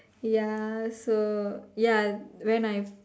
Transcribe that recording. ya so ya when I